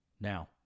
Now